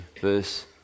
verse